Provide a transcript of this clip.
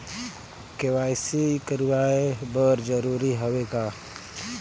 KYC कराय बर जरूरी हवे का?